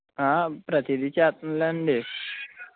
ప్రతిదీ చేస్తుందిలే అండి